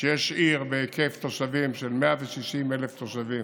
שיש עיר בהיקף של 160,000 תושבים,